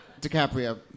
DiCaprio